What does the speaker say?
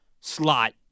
slot